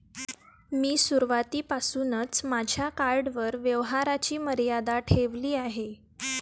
मी सुरुवातीपासूनच माझ्या कार्डवर व्यवहाराची मर्यादा ठेवली आहे